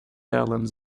islands